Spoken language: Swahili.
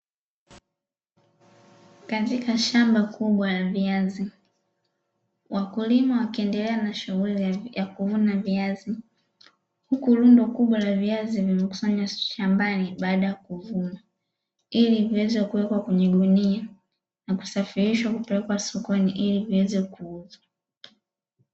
Katika shamba kubwa la viazi wakulima wakiendelea na shughuli ya kuvuna viazi, huku lundo kubwa la viazi limekusanywa shambani baada ya kuvunwa, ili viweze kuwekwa kwenye gunia na kusafirishwa kupelekwa sokoni ili viweze kuuzwa.